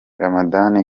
ramadhan